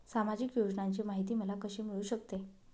सामाजिक योजनांची माहिती मला कशी मिळू शकते?